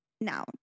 Now